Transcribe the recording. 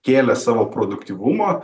kėlė savo produktyvumo